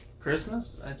Christmas